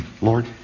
Lord